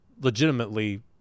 legitimately